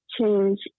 change